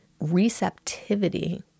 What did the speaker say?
receptivity